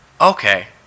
Okay